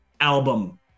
album